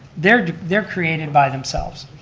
they're they're created by themselves.